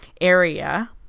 area